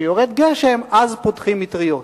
כאשר יורד גשם, אז פותחים מטריות.